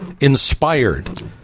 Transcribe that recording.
inspired